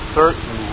certain